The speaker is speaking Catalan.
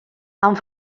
amb